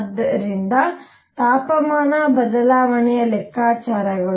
ಆದ್ದರಿಂದ ತಾಪಮಾನ ಬದಲಾವಣೆಯ ಲೆಕ್ಕಾಚಾರಗಳು